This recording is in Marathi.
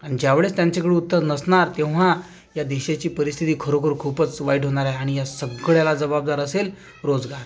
आणि ज्यावेळेस त्यांच्याकडे उत्तर नसणार तेव्हा या देशाची परिस्थिती खरोखर खूपच वाईट होणार आहे आणि या सगळ्याला जबाबदार असेल रोजगार